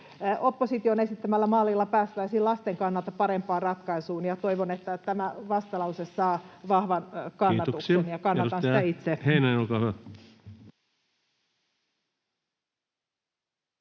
opposition esittämällä mallilla päästäisiin lasten kannalta parempaan ratkaisuun, ja toivon, että tämä vastalause saa vahvan kannatuksen, ja kannatan sitä itse.